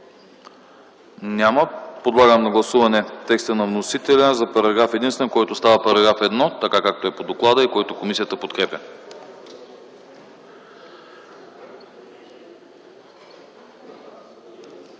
няма. Подлагам на гласуване текста на вносителя за Параграф единствен, който става § 1 - така както е по доклада, и който комисията подкрепя.